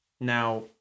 Now